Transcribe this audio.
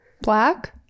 black